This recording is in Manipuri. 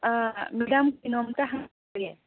ꯃꯦꯗꯥꯝ ꯀꯩꯅꯣꯝꯇ ꯍꯪꯒꯦ